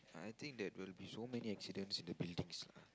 I think there will be so many accidents in the buildings